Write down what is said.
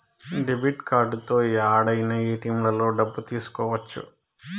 debit కార్డుతో యాడైనా ఏటిఎంలలో డబ్బులు తీసుకోవచ్చు